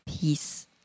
peace